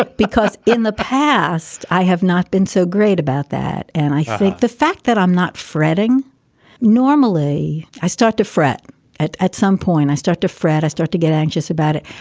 ah because in the past, i have not been so great about that. and i think the fact that i'm not fretting normally, i start to fret at at some point i start to fret. i start to get anxious about it.